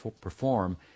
perform